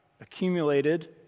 accumulated